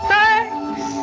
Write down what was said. Thanks